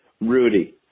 Rudy